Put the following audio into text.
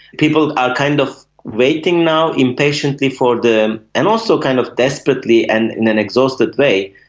people are kind of waiting now impatiently for the, and also kind of desperately and in an exhausted way,